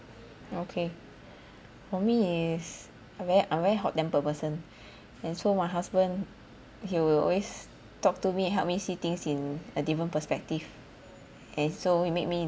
okay for me is I very I very hot tempered person and so my husband he will always talk to me help me see things in a different perspective and so it make me